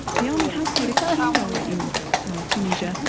the army has played a key role in tunisia,